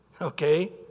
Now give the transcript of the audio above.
okay